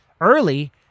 early